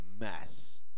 mess